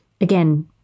again